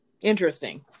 Interesting